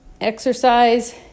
Exercise